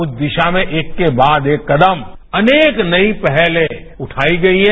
उस दिशा में एक के बाद एक कदम अनेक नई पहलें उठाई गई है